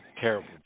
terrible